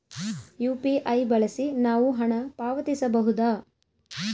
UPI ಬಳಸಿ ನಾವು ಹಣ ಪಾವತಿಸಬಹುದಾ?